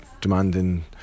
demanding